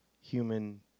human